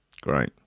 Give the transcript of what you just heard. Great